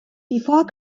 before